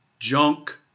Junk